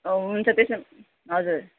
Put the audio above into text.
अँ हुन्छ त्यसो भने हजुर